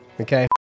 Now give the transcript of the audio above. okay